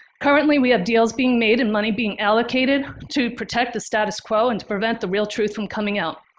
currently we have deals being made and money being allocated to protect the status quo and to prevent the real truth from coming out.